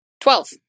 Twelve